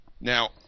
Now